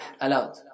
allowed